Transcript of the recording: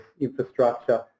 infrastructure